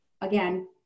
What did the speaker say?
again